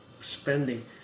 spending